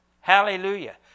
Hallelujah